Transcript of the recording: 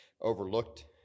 overlooked